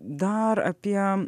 dar apie